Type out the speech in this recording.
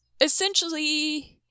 essentially